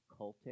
cultic